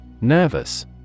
Nervous